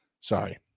Sorry